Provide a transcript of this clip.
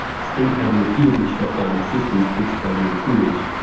state had to repeatedly shut down its systems to expel the intruders.